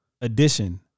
edition